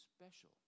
special